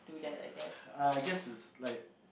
I guess it's like